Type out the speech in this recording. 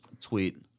tweet